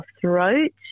throat